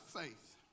faith